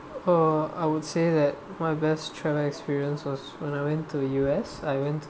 uh I would say that my best travel experience was when I went to U_S I went to